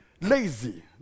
lazy